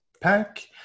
Pack